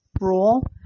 rule